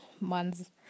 months